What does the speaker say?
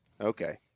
Okay